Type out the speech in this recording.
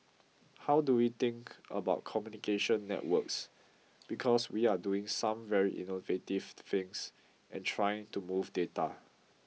how do we think about communication networks because we are doing some very innovative things and trying to move data